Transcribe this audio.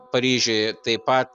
paryžiuj taip pat